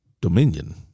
dominion